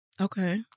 Okay